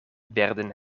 werden